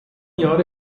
jahre